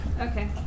okay